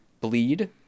bleed